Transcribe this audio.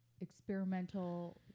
experimental